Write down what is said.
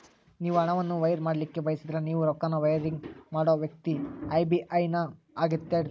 ನೇವು ಹಣವನ್ನು ವೈರ್ ಮಾಡಲಿಕ್ಕೆ ಬಯಸಿದ್ರ ನೇವು ರೊಕ್ಕನ ವೈರಿಂಗ್ ಮಾಡೋ ವ್ಯಕ್ತಿ ಐ.ಬಿ.ಎ.ಎನ್ ನ ಅಗತ್ಯ ಇರ್ತದ